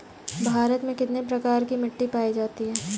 भारत में कितने प्रकार की मिट्टी पाई जाती है?